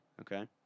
okay